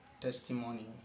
Testimony